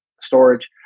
storage